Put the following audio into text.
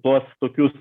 tuos tokius